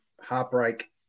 Heartbreak